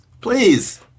please